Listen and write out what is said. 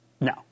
No